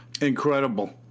Incredible